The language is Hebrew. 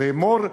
לאמור,